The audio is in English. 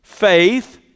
faith